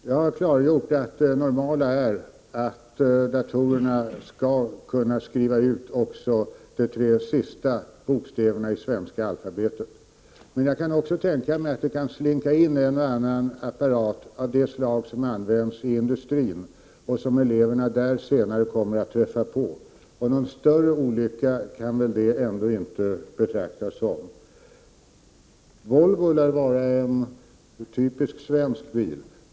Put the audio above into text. Herr talman! Jag har klargjort att det normala är att datorerna skall kunna skriva ut också de tre sista bokstäverna i svenska alfabetet. Men jag kan också tänka mig att det kan slinka in en och annan apparat av det slag som används i industrin och som eleverna senare kommer att träffa på där, och det kan väl ändå inte betraktas som någon större olycka. Volvo lär vara en typiskt svensk bil.